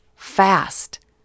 fast